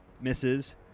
Misses